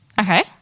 Okay